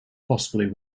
possibly